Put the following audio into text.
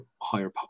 higher